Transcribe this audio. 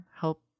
help